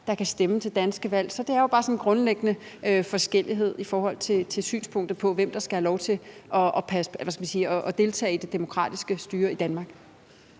der kan stemme til danske valg. Så det er jo bare sådan en grundliggende forskellighed i forhold til synspunktet på, hvem der skal have lov til at deltage i det demokratiske styre i Danmark.